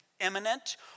imminent